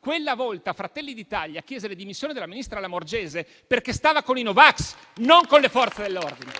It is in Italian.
Quella volta Fratelli d'Italia chiese le dimissioni del ministro Lamorgese perché stava con i no vax, non con le Forze dell'ordine!